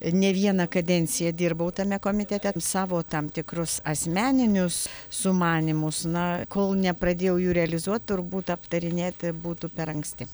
ne vieną kadenciją dirbau tame komitete savo tam tikrus asmeninius sumanymus na kol nepradėjau jų realizuoti turbūt aptarinėti būtų per anksti